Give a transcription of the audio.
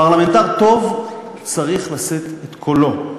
פרלמנטר טוב צריך לשאת את קולו,